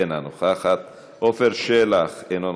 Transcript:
אינה נוכחת, עפר שלח, אינו נוכח,